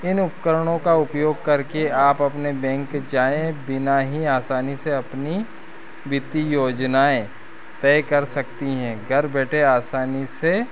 इन उपकरणों का उपयोग करके आप अपने बैंक जाए बिना ही आसानी से अपनी वित्तीय योजनाऐं तय कर सकती हैं घर बैठे आसानी से